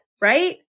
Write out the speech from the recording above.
right